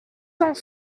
cent